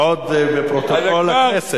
עוד בפרוטוקול הכנסת.